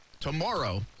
tomorrow